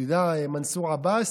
תדע, מנסור עבאס,